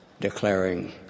declaring